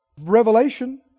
Revelation